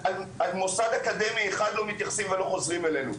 מוסד אקדמי אחד לא התייחס ולא חוזרים אלינו.